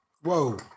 Whoa